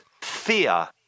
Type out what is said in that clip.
fear